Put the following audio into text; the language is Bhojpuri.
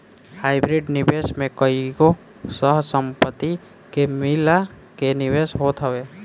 हाइब्रिड निवेश में कईगो सह संपत्ति के मिला के निवेश होत हवे